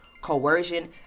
coercion